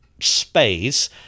space